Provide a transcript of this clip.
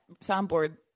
soundboard